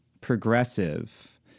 progressive